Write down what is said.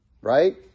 right